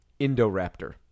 Indoraptor